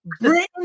Britain